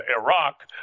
Iraq